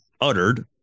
uttered